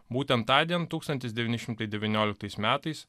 būtent tądien tūkstantis devyni šimtai devynioliktais metais